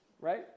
Right